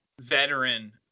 Veteran